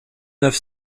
neuf